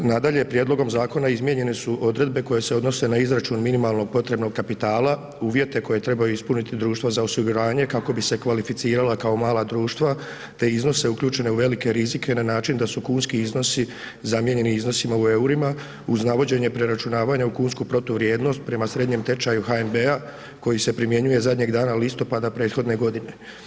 Nadalje, prijedlogom zakona izmijenjene su odredbe koje se odnose na izračun minimalnog potrebnog kapitala, uvjete koje trebaju ispuniti društva za osiguranje kako bi se kvalificirala kao mala društva te iznose uključene u velike rizike na način da su kunski iznosi zamijenjeni iznosima u eurima uz navođenje preračunavanja u kunsku protuvrijednost prema srednjem tečaju HNB-a koji se primjenjuje zadnjeg dana listopada prethodne godine.